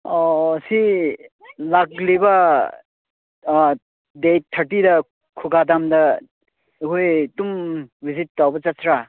ꯑꯣ ꯑꯣ ꯁꯤ ꯂꯥꯛꯂꯤꯕ ꯑꯥ ꯗꯦꯠ ꯊꯥꯔꯇꯤꯗ ꯈꯨꯒꯥ ꯗꯥꯝꯗ ꯑꯩꯈꯣꯏ ꯑꯗꯨꯝ ꯕꯤꯖꯤꯠ ꯇꯧꯕ ꯆꯠꯁꯤꯔꯥ